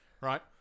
Right